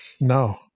No